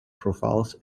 profiles